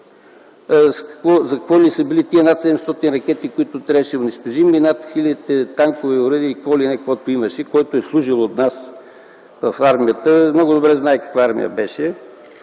за какво са ни били тези над 700 ракети, които трябваше да унищожим, хиляди танкове и оръдия и какво ли не, каквото имаше – който е служил от нас в армията, много добре знае каква армия беше.